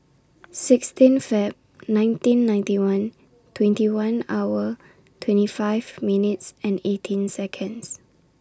sixteen Feb nineteen ninety one twenty one hour twenty five minutes and eighteen Seconds